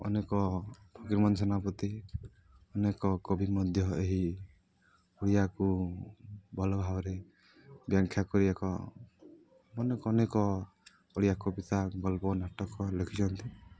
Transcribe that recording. ଅନେକ ଫକୀରମୋହନ ସେନାପତି ଅନେକ କବି ମଧ୍ୟ ଏହି ଓଡ଼ିଆକୁ ଭଲ ଭାବରେ ବ୍ୟାଖ୍ୟା କରିବାକ ଅନେକ ଅନେକ ଓଡ଼ିଆ କବିତା ଗଲ୍ପ ନାଟକ ଲେଖିଚନ୍ତି